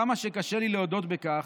כמה שקשה לי להודות בכך,